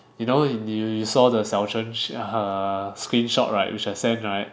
you know you you saw the Xiao Zhen her screenshot right which I send right